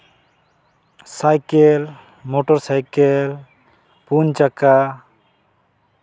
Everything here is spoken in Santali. ᱥᱟᱭᱠᱮᱞ ᱢᱚᱴᱚᱨ ᱥᱟᱭᱠᱮᱞ ᱯᱩᱱ ᱪᱟᱠᱟ